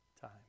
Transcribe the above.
time